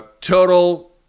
total